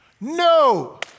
no